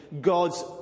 God's